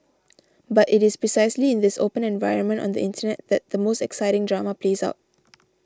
but it is precisely in this open environment on the Internet that the most exciting drama plays out